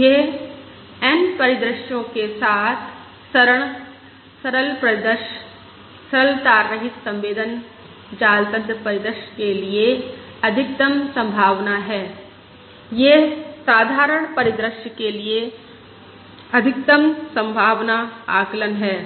यह N परिदृश्यों के साथ सरल परिदृश्य सरल तार रहित संवेदन जाल तन्त्र परिदृश्य के लिए अधिकतम संभावना है यह साधारण परिदृश्य के लिए अधिकतम संभावना आकलन है